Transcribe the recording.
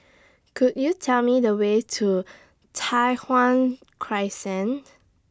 Could YOU Tell Me The Way to Tai Hwan Crescent